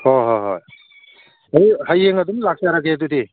ꯍꯣꯏ ꯍꯣꯏ ꯍꯣꯏ ꯑꯗꯣ ꯍꯌꯦꯡ ꯑꯗꯨꯝ ꯂꯥꯛꯆꯔꯒꯦ ꯑꯗꯨꯗꯤ